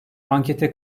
ankete